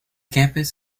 campus